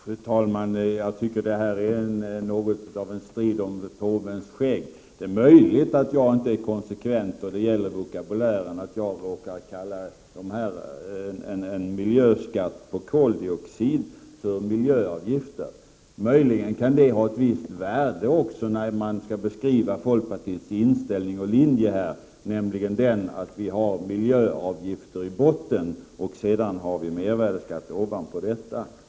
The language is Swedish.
Fru talman! Jag tycker att detta är något av en strid om påvens skägg. Det är möjligt att jag inte är konsekvent då det gäller vokabulären, att jag råkar kalla en miljöskatt på koldioxid för miljöavgift. Möjligen kan det ha ett visst värde när man skall beskriva folkpartiets inställning och linje här, nämligen att vi vill ha miljöavgifter i botten och sedan mervärdeskatter ovanpå detta.